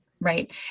Right